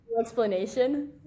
explanation